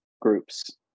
groups